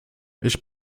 ich